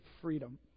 freedom